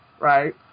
right